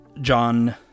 John